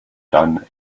done